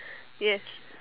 yes